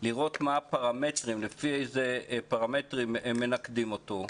לראות מה הפרמטרים, לפי איזה פרמטרים מנקדים אותו,